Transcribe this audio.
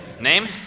Name